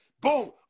Boom